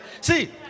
See